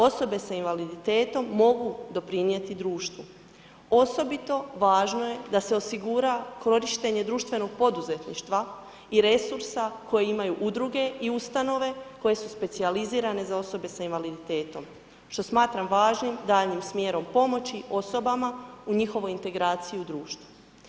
Osobe sa invaliditetom mogu doprinijeti društvu, osobito važno je da se osigura korištenje društvenog poduzetništva i resursa koji imaju udruge i ustanove koje su specijalizirane za osobe sa invaliditetom, što smatram važnim daljnjim smjerom pomoći osobama u njihovoj integraciji u društvu.